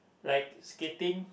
like skating